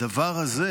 לדבר הזה